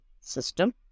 system